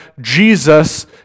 Jesus